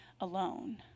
alone